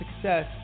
success